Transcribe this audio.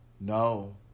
No